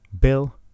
Bill